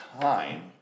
time